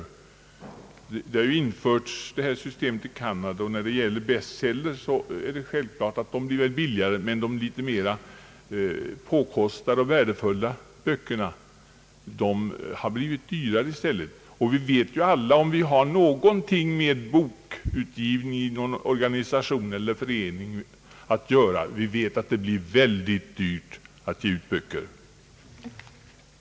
Nettosystemet har ju införts i Kanada, och man har vissa erfarenheter därifrån. Bestsellers blir självfallet billigare. Men de litet mer påkostade och värdefulla böckerna har i stället blivit dyrare. Den som har någonting med bokutgivning i någon organisation att göra vet att det är mycket dyrt att ge ut böcker.